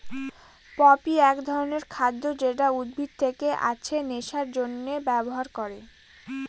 poppy এক ধরনের খাদ্য যেটা উদ্ভিদ থেকে আছে নেশার জন্যে ব্যবহার করে